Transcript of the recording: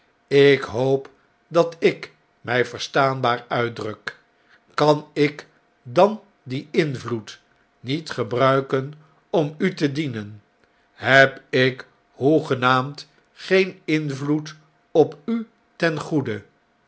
ik hoop dat ik mij verstaanbaar uitdruk kan ik dan dien invloed niet gebruiken om u te dienen heb ik hoegenaamd geen invloed op u ten goede